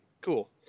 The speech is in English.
Cool